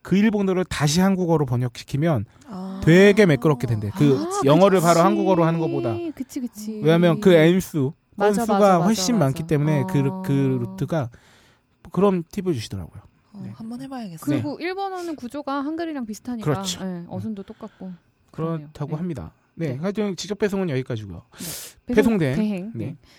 그 일본어를 다시 한국어로 번역시키면 아. 되게 매끄럽게 된대요. 그 아, 영어를 그치. 바로 한국어로 하는 것보다. 그치, 그치. 왜냐면 그 음. 앤수, 맞아, 건수가 맞아, 맞아, 훨씬 많기 맞아. 때문에 그 루- 그 어. 루트가 그런 팁을 주시더라고요. 어, 네. 한번 해봐야겠어요. 네. 그리고 일본어는 구조가 한글이랑 비슷하니까, 그렇죠. 예, 음. 어순도 똑같고. 그렇네요. 그렇다고 네. 합니다. 네, 네. 하여튼 직접 배송은 여기까지고요. 네. 배송 배송 대- 대행. 네. 네.